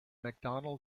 mcdonnell